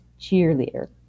cheerleader